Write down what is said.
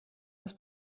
das